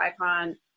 icon